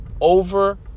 over